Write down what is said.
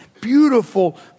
Beautiful